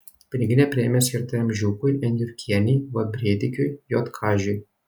piniginė premija skirta m žiūkui n jurkienei v brėdikiui j kažiui